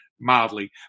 mildly